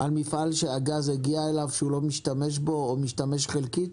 על מפעל שהגז יגיע אליו והוא לא משתמש בו או משתמש חלקית?